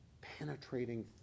penetrating